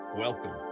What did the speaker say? Welcome